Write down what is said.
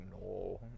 no